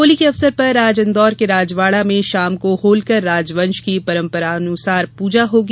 होली के अवसर पर आज इन्दौर के राजवाड़ा में शाम को होलकर राजवंश की परंपरानुसार पूजा होगी